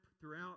throughout